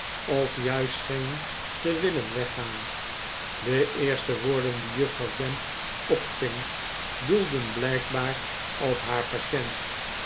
of juist scheente willen weggaan de eerste woorden die juffrouw gamp opving doelden blijkbaar op haar patient